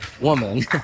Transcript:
woman